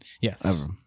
Yes